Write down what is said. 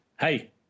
hey